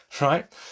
right